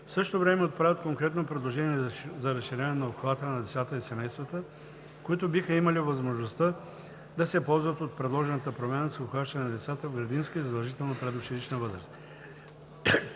В същото време отправят конкретно предложение за разширяване на обхвата на децата и семействата, които биха имали възможността да се ползват от предложената промяна, с обхващане на децата в градинска и задължителна предучилищна възраст.